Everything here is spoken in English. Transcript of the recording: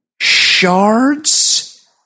shards